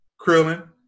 Krillin